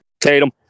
Tatum